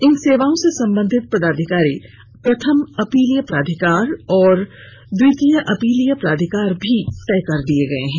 इन सेवाओं से संबंधित पदाधिकारी प्रथम अपीलीय प्राधिकार और दूसरे अपीलीय प्राधिकार भी तय कर दिये गये है